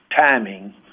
timing